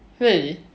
really